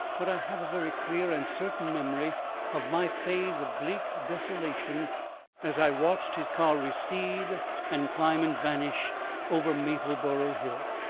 but i have a very clear and certain memory of my phase of bleak desolation as i watched his car recede and climb and vanish over mapleborough hill,